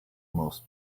most